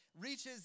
reaches